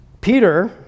Peter